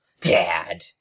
Dad